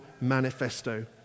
manifesto